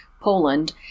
Poland